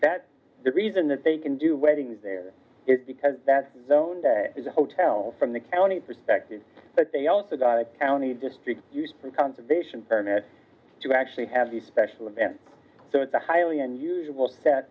that the reason that they can do weddings is because that zone is a hotel from the county perspective but they also got a county district conservation permit to actually have the special event so it's a highly unusual set